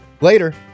Later